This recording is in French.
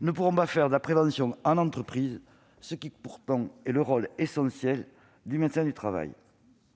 ne pourront pas faire de la prévention en entreprise- c'est pourtant le rôle essentiel du médecin du travail.